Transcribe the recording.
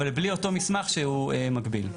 אבל בלי אותו מסמך שהוא מגביל.